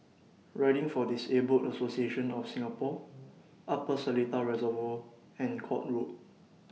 Riding For Disabled Association of Singapore Upper Seletar Reservoir and Court Road